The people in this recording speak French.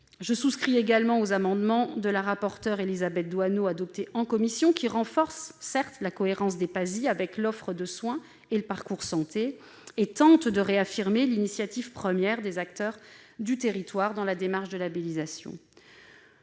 je souscris aux amendements de la rapporteure Élisabeth Doineau adoptés en commission, qui renforcent la cohérence des PASI avec l'offre de soins et le parcours santé et tentent de réaffirmer l'initiative première des acteurs du territoire dans la démarche de labellisation.